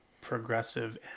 progressive